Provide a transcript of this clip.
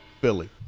Philly